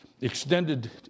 extended